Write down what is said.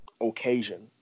occasion